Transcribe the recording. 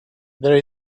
there